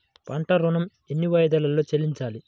పంట ఋణం ఎన్ని వాయిదాలలో చెల్లించాలి?